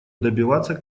добиваться